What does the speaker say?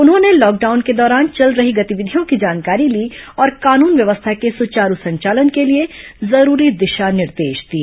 उन्होंने लॉकडाउन के दौरान चल रही गतिविधियों की जानकारी ली और कानून व्यवस्था के सुचारू संचालन के लिए जरूरी दिशा निर्देश दिए